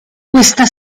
questa